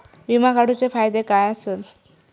विमा काढूचे फायदे काय आसत?